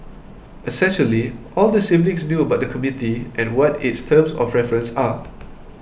essentially all the siblings knew about the committee and what its terms of reference are